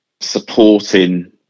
supporting